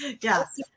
Yes